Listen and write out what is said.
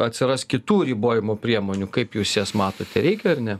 atsiras kitų ribojimo priemonių kaip jūs jas matote reikia ar ne